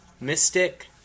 Mystic